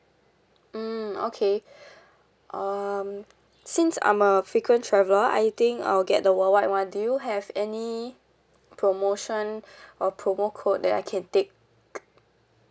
mm okay um since I'm a frequent traveller I think I'll get the worldwide [one] do you have any promotion or promo code that I can take